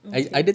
okay